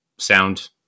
sound